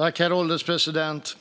Herr ålderspresident!